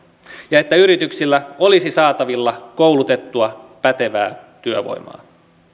ja että yrityksillä olisi saatavilla koulutettua pätevää työvoimaa